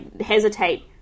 hesitate